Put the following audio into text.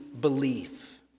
belief